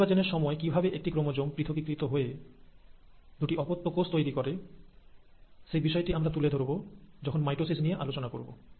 কোষ বিভাজনের সময় কিভাবে একটি ক্রোমোজোম পৃথকীকৃত হয়ে দুটি অপত্য কোষ তৈরি করে সেই বিষয়টি আমরা তুলে ধরবো যখন মাইটোসিস নিয়ে আলোচনা করব